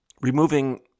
Removing